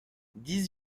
dix